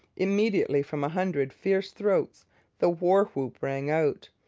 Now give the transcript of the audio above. immediately from a hundred fierce throats the war-whoop rang out.